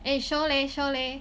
eh show leh show leh